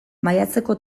maiatzeko